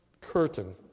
curtain